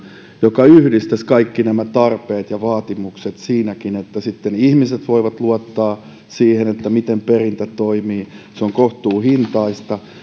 joka yhdistäisi kaikki nämä tarpeet ja vaatimukset että sitten ihmiset voivat luottaa siihen miten perintä toimii se on kohtuuhintaista